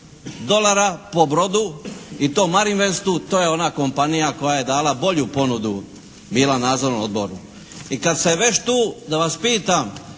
dolara po brodu i to “Marin west“-u. To je ona kompanija koja je dala bolju ponudu bila nadzornom odboru. I kad ste već tu da vas pitam.